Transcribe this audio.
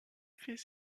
fait